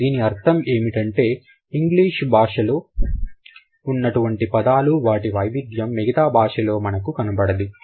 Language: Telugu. దీని అర్థం ఏమిటంటే ఇంగ్లీష్ భాషలో ఉన్నటువంటి పదాలు వాటి వైవిధ్యం మిగతా భాషలో మనకు కనపడదు